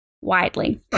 widely